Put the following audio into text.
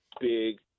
big